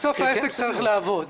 בסוף העסק צריך לעבוד.